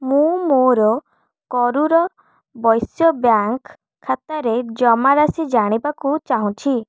ମୁଁ ମୋର କରୂର ବୈଶ୍ୟ ବ୍ୟାଙ୍କ ଖାତାରେ ଜମାରାଶି ଜାଣିବାକୁ ଚାହୁଁଛି